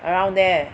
around there